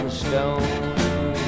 stone